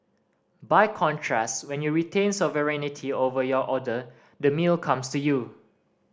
by contrast when you retain sovereignty over your order the meal comes to you